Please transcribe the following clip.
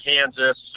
Kansas